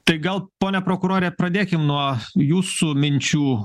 tai gal pone prokurore pradėkim nuo jūsų minčių